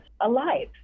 alive